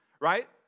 right